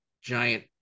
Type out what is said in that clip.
giant